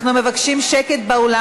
אנחנו מבקשים שקט באולם.